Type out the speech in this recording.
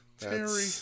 Terry